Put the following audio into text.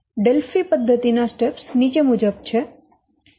Delphi પદ્ધતિ ના steps નીચે મુજબ છે